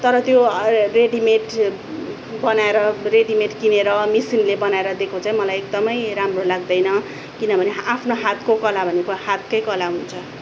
तर त्यो रेडिमेड बनाएर रेडिमेड किनेर मिसिनले बनाएर दिएको चाहिँ मलाई एकदमै राम्रो लाग्दैन किनभने आफ्नो हातको कला भनेको हातकै कला हुन्छ